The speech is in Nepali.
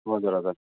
हजुर हजुर